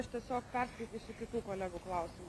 aš tiesiog perskaitysiu kitų kolegų klausimų